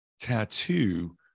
tattoo